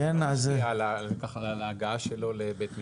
לא משפיע ההגעה שלו לבית משפט.